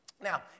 Now